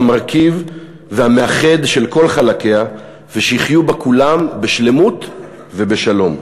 והמרכיב והמאחד של כל חלקיה ושיחיו בה כולם בשלמות ובשלום.